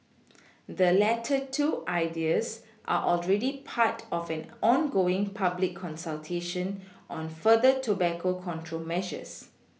the latter two ideas are already part of an ongoing public consultation on further tobacco control measures